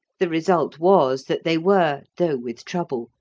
the result was that they were, though with trouble,